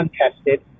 untested